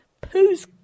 Poo's